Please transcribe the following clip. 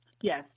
Yes